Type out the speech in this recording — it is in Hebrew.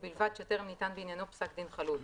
ובלבד שטרם ניתן בעניינו פסק דין חלוט.